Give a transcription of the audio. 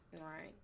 Right